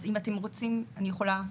אז אם אתם רוצים אני יכולה.